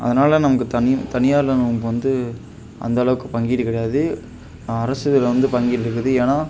அதனால் நமக்கு தனி தனியாரில் நமக்கு வந்து அந்தளவுக்கு பங்கீடு கிடையாது அரசு இதில் வந்து பங்கீடுருக்குது ஏனால்